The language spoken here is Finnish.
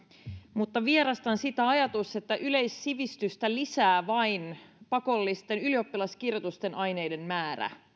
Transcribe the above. mutta vierastan sitä ajatusta että yleissivistystä lisää vain pakollisten ylioppilaskirjoitusaineiden määrä eli